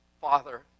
Father